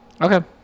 Okay